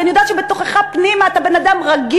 כי אני יודעת היו"ר יצחק וקנין: שבתוכך פנימה אתה בן-אדם רגיש,